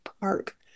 park